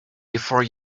before